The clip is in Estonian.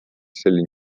selle